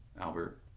albert